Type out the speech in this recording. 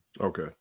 Okay